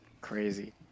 crazy